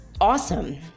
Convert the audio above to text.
awesome